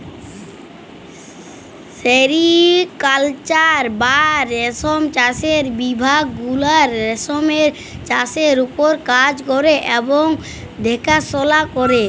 sericulture বা রেশম চাষের বিভাগ গুলা রেশমের চাষের উপর কাজ ক্যরে এবং দ্যাখাশলা ক্যরে